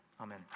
Amen